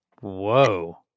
Whoa